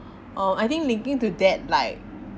um I think linking to that like